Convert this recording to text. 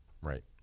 Right